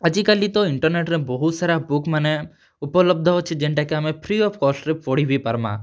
ଆଜିକାଲି ତ ଇଣ୍ଟର୍ନେଟ୍ ରେ ବହୁତ୍ ସାରା ବୁକ୍ ମାନେ ଉପଲବ୍ଦ ଅଛି ଯେନ୍ଟା କି ଆମେ ଫ୍ରି ଅଫ୍ କଷ୍ଟ୍ ରେ ପଢ଼ି ବି ପର୍ମା